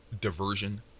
diversion